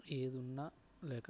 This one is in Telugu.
ఏది ఉన్నా లేకపోయినా